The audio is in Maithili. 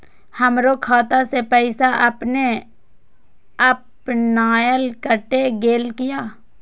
हमरो खाता से पैसा अपने अपनायल केट गेल किया?